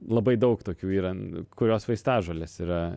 labai daug tokių yra kurios vaistažolės yra